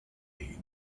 league